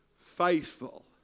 faithful